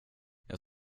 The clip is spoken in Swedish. jag